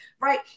right